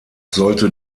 sollte